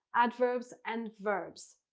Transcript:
adverbs and verbs.